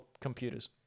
computers